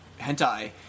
hentai